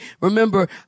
Remember